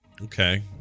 Okay